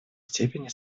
степени